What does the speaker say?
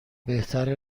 بهتره